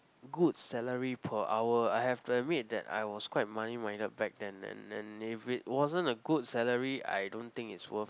good salary per hour I have to admit that I was quite money minded back then and and if it wasn't a good salary I don't think it's worth